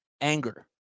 anger